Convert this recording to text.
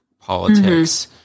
politics